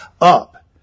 up